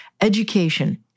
education